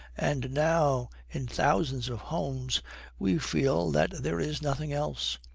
and now, in thousands of homes we feel that there is nothing else.